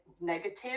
negative